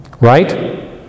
right